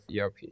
ERP